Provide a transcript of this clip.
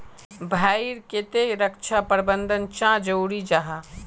भाई ईर केते रक्षा प्रबंधन चाँ जरूरी जाहा?